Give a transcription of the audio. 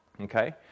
Okay